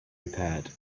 repaired